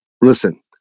Listen